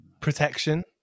protection